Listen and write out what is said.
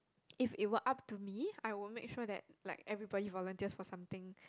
if it were up to me I would make sure that like everybody volunteers for something